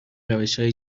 روشهای